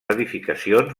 edificacions